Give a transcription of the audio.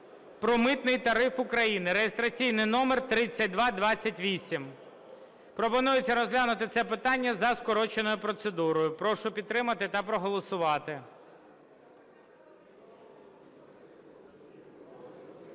про Митний тариф України (реєстраційний номер 3228). Пропонується розглянути це питання за скороченою процедурою. Прошу підтримати та проголосувати.